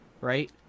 right